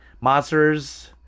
monsters